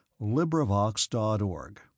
LibriVox.org